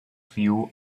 few